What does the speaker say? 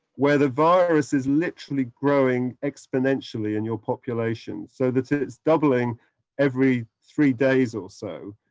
where the virus is literally growing exponentially in your populations so that it's doubling every three days or so,